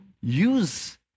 use